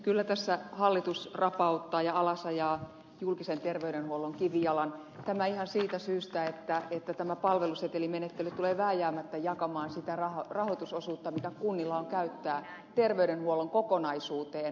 kyllä tässä hallitus rapauttaa ja ajaa alas julkisen terveydenhuollon kivijalan tämä ihan siitä syystä että tämä palvelusetelimenettely tulee vääjäämättä jakamaan sitä rahoitusosuutta mitä kunnilla on käyttää terveydenhuollon kokonaisuuteen